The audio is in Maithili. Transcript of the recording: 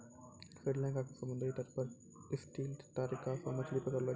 श्री लंका के समुद्री तट पर स्टिल्ट तरीका सॅ मछली पकड़लो जाय छै